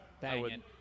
banging